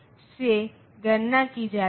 base 2 के बराबर हो जाता है